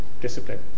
discipline